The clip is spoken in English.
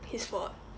his fault